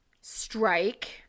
strike